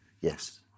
Yes